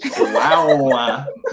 Wow